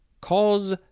Cause